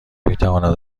میتواند